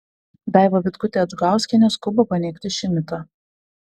daiva vitkutė adžgauskienė skuba paneigti šį mitą